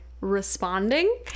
responding